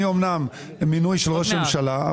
אני אמנם מינוי של ראש הממשלה,